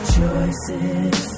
Choices